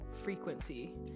frequency